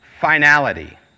finality